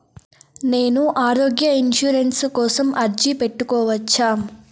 నేను ఆరోగ్య ఇన్సూరెన్సు కోసం అర్జీ పెట్టుకోవచ్చా?